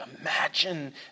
Imagine